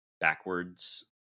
backwards